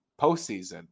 postseason